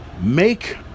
Make